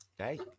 Okay